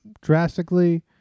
drastically